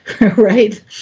right